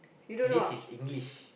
this is English